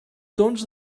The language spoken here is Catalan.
tons